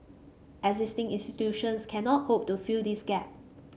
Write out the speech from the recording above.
existing institutions cannot hope to fill this gap